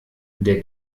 der